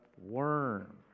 worm